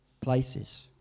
places